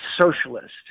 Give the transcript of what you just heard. socialist